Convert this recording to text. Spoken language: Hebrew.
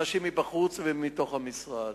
אנשים מבחוץ ומתוך המשרד.